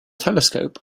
telescope